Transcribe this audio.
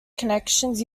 connections